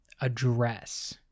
address